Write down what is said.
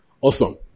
Awesome